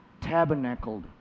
tabernacled